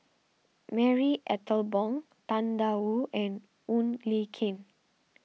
Marie Ethel Bong Tang Da Wu and Wong Lin Ken